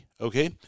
okay